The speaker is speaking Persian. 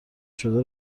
شده